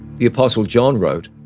the apostle john wrote,